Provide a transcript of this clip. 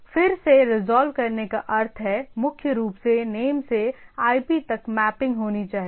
तो फिर से रिजॉल्व करने का अर्थ है मुख्य रूप से नेम से IP तक मैपिंग होनी चाहिए